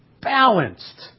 balanced